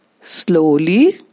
Slowly